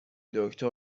دکتر